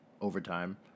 overtime